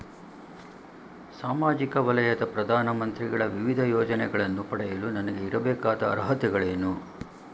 ಸಾಮಾಜಿಕ ವಲಯದ ಪ್ರಧಾನ ಮಂತ್ರಿಗಳ ವಿವಿಧ ಯೋಜನೆಗಳನ್ನು ಪಡೆಯಲು ನನಗೆ ಇರಬೇಕಾದ ಅರ್ಹತೆಗಳೇನು?